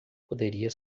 poderia